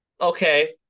okay